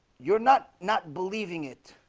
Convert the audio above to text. you're not not believing it